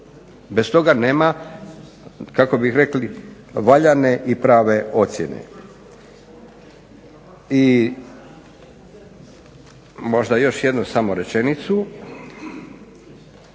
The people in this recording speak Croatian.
Bez toga nema, kako bi rekli, valjane i prave ocjene. I možda još jednu samo rečenicu,